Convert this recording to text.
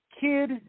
kid